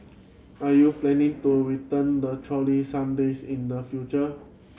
are you planning to return the trolley some days in the future